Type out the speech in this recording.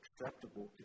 acceptable